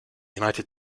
united